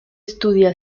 estudia